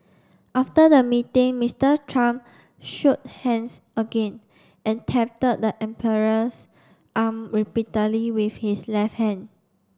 after the meeting Mister Trump shook hands again and the emperor's arm repeatedly with his left hand